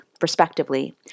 respectively